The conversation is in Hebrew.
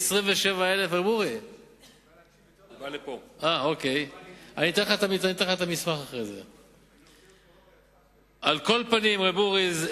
27,527. ר' אורי,